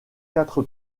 quatre